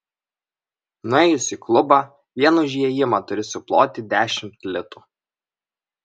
nuėjus į klubą vien už įėjimą turi suploti dešimt litų